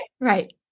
Right